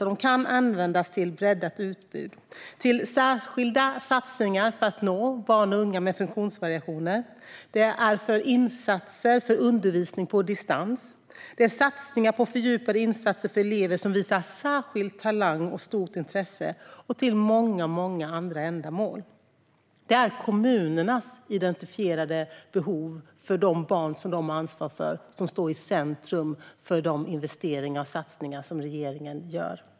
Och de kan användas till ett breddat utbud, till särskilda satsningar för att nå barn och unga med funktionsvariationer, till insatser för undervisning på distans, till satsningar på fördjupade insatser för elever som visar särskild talang och stort intresse och till många andra ändamål. Det är kommunernas identifierade behov för de barn som de har ansvar för som står i centrum för de investeringar och satsningar som regeringen gör.